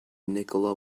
nikola